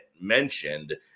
mentioned